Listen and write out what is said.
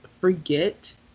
forget